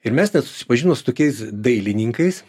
ir mes ten susipažinom su tokiais dailininkais